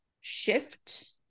shift